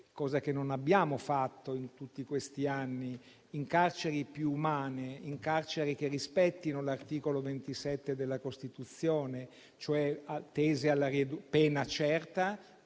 cosa che non abbiamo fatto in tutti questi anni, in carceri più umane, in carceri che rispettino l'articolo 27 della Costituzione: pena certa,